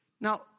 Now